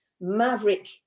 maverick